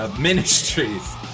Ministries